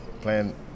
playing